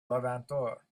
levanter